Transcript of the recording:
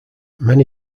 many